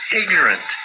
ignorant